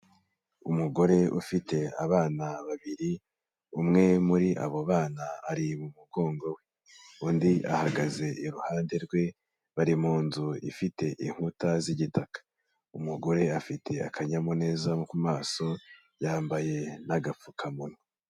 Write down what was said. Umugore ufite abana babiri, umwe muri abo bana ari mu mugongo we, undi ahagaze iruhande rwe, bari mu nzu ifite inkuta z'igitaka, umugore afite akanyamuneza ku maso, yambaye n'agapfukamunwa.